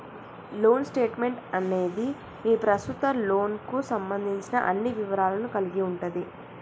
loan statement అనేది మీ ప్రస్తుత లోన్కు సంబంధించిన అన్ని వివరాలను కలిగి ఉంటది